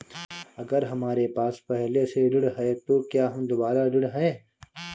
अगर हमारे पास पहले से ऋण है तो क्या हम दोबारा ऋण हैं?